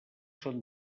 són